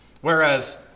Whereas